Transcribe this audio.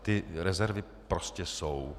Ty rezervy prostě jsou.